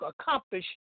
accomplish